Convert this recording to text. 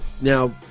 Now